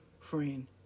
friend